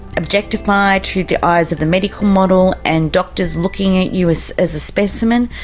objectified through the eyes of the medical model and doctors looking at you as as a specimen,